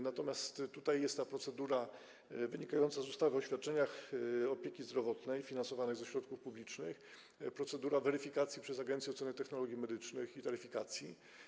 Natomiast tutaj jest ta wynikająca z ustawy o świadczeniach opieki zdrowotnej finansowanych ze środków publicznych procedura weryfikacji przez Agencję Oceny Technologii Medycznych i Taryfikacji.